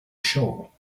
shaw